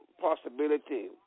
possibility